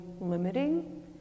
limiting